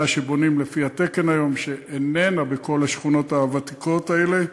שבונים לפי התקן היום שאיננה בכל השכונות הוותיקות האלה,